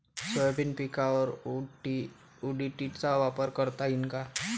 Soybean पिकावर ODT चा वापर करता येईन का?